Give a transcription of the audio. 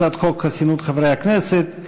הצעת חוק חסינות חברי הכנסת,